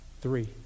Three